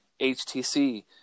HTC